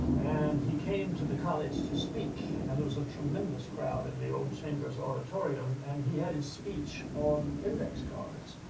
and he came to the college to speak and there was a tremendous crowd in the old chambers auditorium and he had his speech on index cards.